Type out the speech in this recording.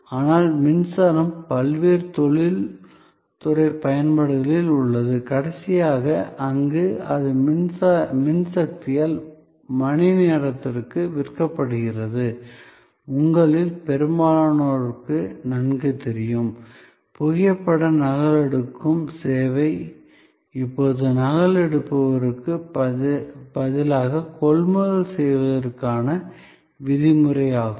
ஆனால் மின்சாரம் பல்வேறு தொழில்துறை பயன்பாடுகளில் உள்ளது கடைசியாக அங்கு அது மின்சக்தியால் மணிநேரத்திற்கு விற்கப்படுகிறது உங்களில் பெரும்பாலோருக்கு நன்கு தெரியும் புகைப்பட நகலெடுக்கும் சேவை இப்போது நகல் எடுப்பவர்களுக்கு பதிலாக கொள்முதல் செய்வதற்கான விதிமுறையாகும்